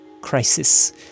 crisis